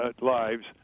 lives